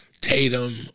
Tatum